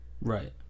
Right